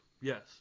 yes